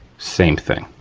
same thing.